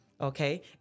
Okay